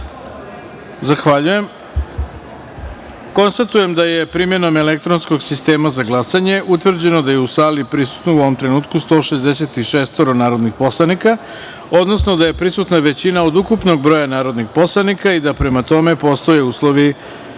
jedinice. Zahvaljujem. Konstatujem da je primeno elektronskog sistema za glasanje utvrđeno da je u sali prisutno u ovom trenutku 166 narodnih poslanika, odnosno da je prisutna većina od ukupnog broja narodnih poslanika i da prema tome postoje uslovi